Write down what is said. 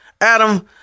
Adam